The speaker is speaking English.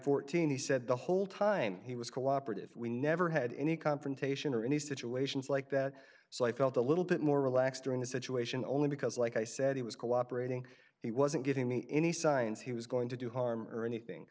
fourteen he said the whole time he was cooperative we never had any confrontation or any situations like that so i felt a little bit more relaxed during the situation only because like i said he was cooperating he wasn't giving me any signs he was going to do harm or anything